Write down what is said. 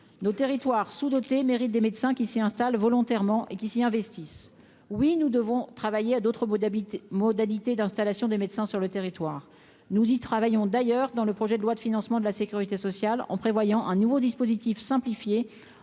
nos territoires sous-dotés mérite des médecins qui s'y installe volontairement et qui s'y investissent oui nous devons travailler à d'autres modalités modalités d'installation des médecins sur le territoire, nous y travaillons d'ailleurs dans le projet de loi de financement de la Sécurité sociale, en prévoyant un nouveau dispositif simplifié